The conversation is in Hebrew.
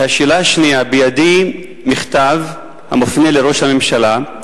השאלה השנייה: בידי מכתב המופנה לראש הממשלה,